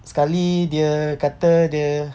sekali dia kata dia